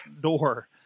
door